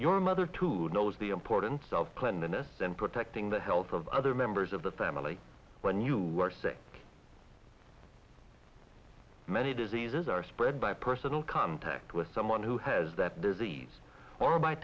your mother too knows the importance of cleanliness and protecting the health of other members of the family when you are sick many diseases are spread by personal contact with someone who has that disease or by